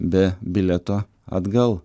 be bilieto atgal